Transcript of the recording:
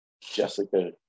Jessica